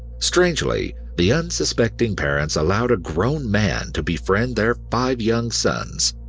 strangely, the unsuspecting parents allowed a grown man to befriend their five young sons,